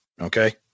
okay